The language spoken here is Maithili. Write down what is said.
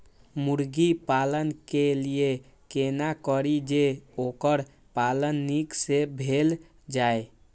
मुर्गी पालन के लिए केना करी जे वोकर पालन नीक से भेल जाय?